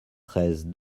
treize